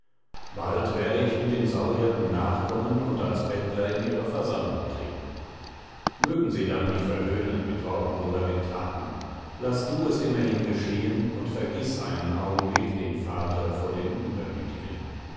bald werde ich mit dem sauhirten nachkommen und als bettler in ihre versammlung treten mögen sie dann mich verhöhnen mit worten oder mit thaten laß du es immerhin geschehen und vergiß einen augenblick den vater vor den übermütigen